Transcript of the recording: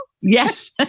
Yes